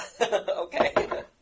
Okay